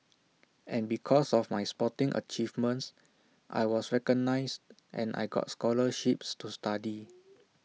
and because of my sporting achievements I was recognised and I got scholarships to study